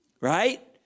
Right